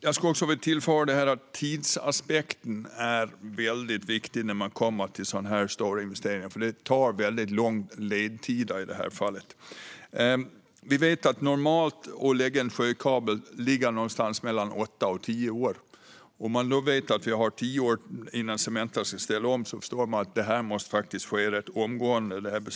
Jag skulle också vilja tillföra att tidsaspekten är mycket viktig när man kommer till sådana stora investeringar. Det är mycket långa ledtider. Vi vet att det normalt tar mellan åtta och tio år att lägga en sjökabel. När vi vet att det är tio år till Cementa ska ställa om förstår vi att detta beslut måste tas ganska omgående.